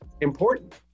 important